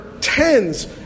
tens